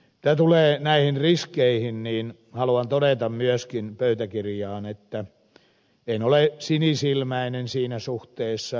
mitä tulee näihin riskeihin haluan todeta myöskin pöytäkirjaan että en ole sinisilmäinen siinä suhteessa